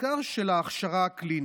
בעיקר של ההכשרה הקלינית.